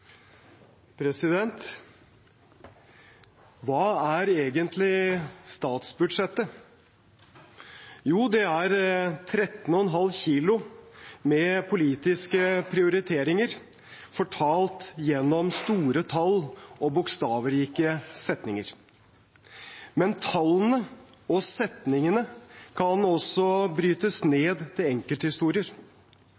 måte. Hva er egentlig statsbudsjettet? Jo, det er 13,5 kilo med politiske prioriteringer fortalt gjennom store tall og bokstavrike setninger. Men tallene og setningene kan også brytes